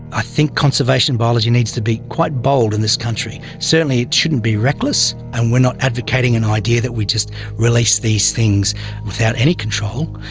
i think conservation biology needs to be quite bold in this country. certainly it shouldn't be reckless, and we are not advocating an idea that we just release these things without any control,